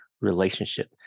relationship